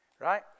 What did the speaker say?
Right